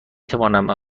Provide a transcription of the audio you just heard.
توانم